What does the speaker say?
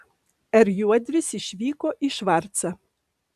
r juodris išvyko į švarcą